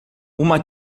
uma